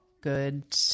good